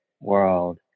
world